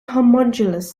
homologous